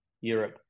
Europe